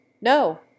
no